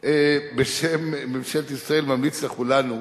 בשם ממשלת ישראל, ממליץ לכולנו,